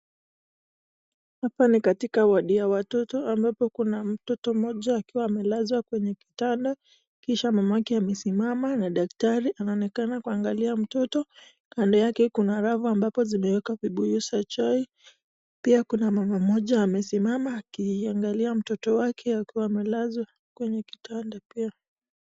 Hapa ni katika wadi ya watoto ambapo kuna mtoto mmoja akiwa amelazwa kwenye kitanda kisha mamake amesimama na daktari anaonekana kuangalia mtoto. Kando yake kuna arafa ambapo zimewekwa vibuyu za chai, pia kuna mama mmoja amesimama akiangalia mtoto wake akiwa amelazwa kwenye kitanda pia.